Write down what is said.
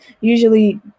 Usually